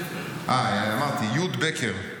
אמרתי, י' בקר,